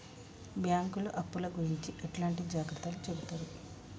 బ్యాంకులు అప్పుల గురించి ఎట్లాంటి జాగ్రత్తలు చెబుతరు?